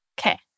Okay